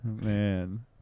Man